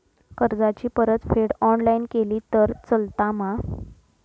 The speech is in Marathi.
कर्जाची परतफेड ऑनलाइन केली तरी चलता मा?